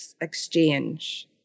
exchange